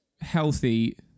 healthy